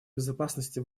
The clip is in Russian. безопасности